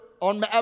on